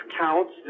counts